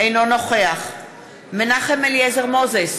אינו נוכח מנחם אליעזר מוזס,